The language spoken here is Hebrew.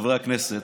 חברי הכנסת,